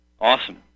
Awesome